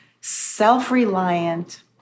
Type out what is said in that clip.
self-reliant